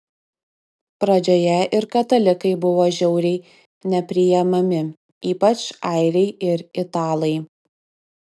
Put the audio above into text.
pradžioje ir katalikai buvo žiauriai nepriimami ypač airiai ir italai